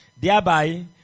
thereby